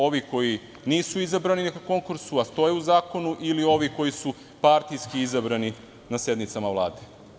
Ovi koji nisu izabrani na nekom konkursu a stoje u zakonu, ili ovi koji su partijski izabrani na sednicama Vlade?